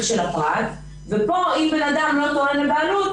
של הפרט וכאן אם בן אדם לא טוען לבעלות,